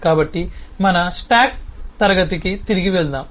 కాబట్టి మన stock class కి తిరిగి వెళ్దాం